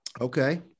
Okay